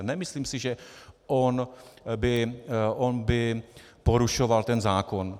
Nemyslím si, že on by porušoval ten zákon.